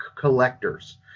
Collectors